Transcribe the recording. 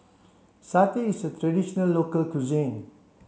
satay is a traditional local cuisine